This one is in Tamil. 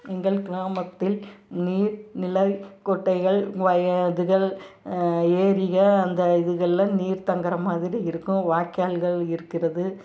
எங்கள் கிராமத்தில் நீர் நிலை குட்டைகள் வயல்கள் ஏரிகள் அந்த இதுகளில் நீர் தங்குற மாதிரி இருக்கும் வாய்க்கால்கள் இருக்கிறது